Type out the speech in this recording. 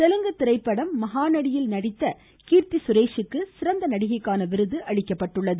தெலுங்கு திரைப்படம் மகாநடியில் நடித்த கீர்த்தி சுரேஷுக்கு சிறந்த நடிகைக்கான விருதும் வழங்கப்பட்டது